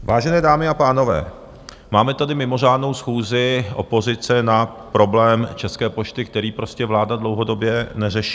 Vážené dámy a pánové, máme tady mimořádnou schůzi opozice na problém České pošty, který prostě vláda dlouhodobě neřeší.